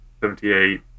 Seventy-eight